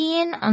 on